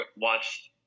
watched